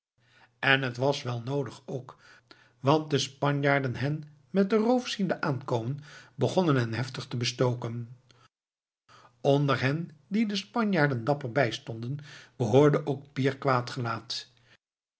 en het was wel noodig ook want de spanjaarden hen met den roof ziende aankomen begonnen hen heftig te bestoken onder hen die de spanjaarden dapper bijstonden behoorde ook pier